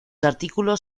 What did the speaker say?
artículos